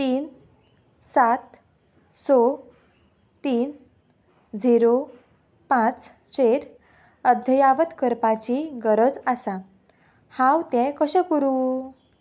तीन सात स तीन झिरो पांचचेर अधयावत करपाची गरज आसा हांव तें कशें करूं